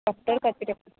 doctor खातीर एप्ला